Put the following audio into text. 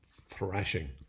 thrashing